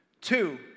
Two